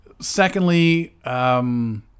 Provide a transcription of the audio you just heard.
Secondly